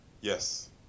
Yes